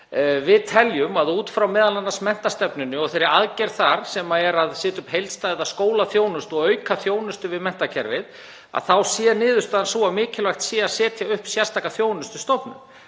Við teljum að út frá m.a. menntastefnunni og þeirri aðgerð þar sem er að setja upp heildstæða skólaþjónustu og auka þjónustu við menntakerfið, sé niðurstaðan sú að mikilvægt sé að setja upp sérstaka þjónustustofnun.